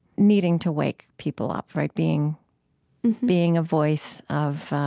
needing to wake people up, right, being being a voice of